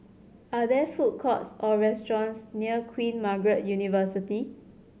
are there food courts or restaurants near Queen Margaret University